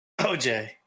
OJ